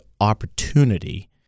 opportunity